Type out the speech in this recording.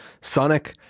Sonic